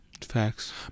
Facts